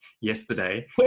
yesterday